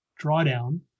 drawdown